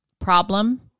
problem